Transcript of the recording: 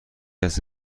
کسی